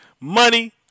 money